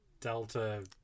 Delta